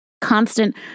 constant